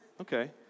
okay